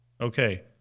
Okay